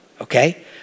okay